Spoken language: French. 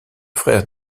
frère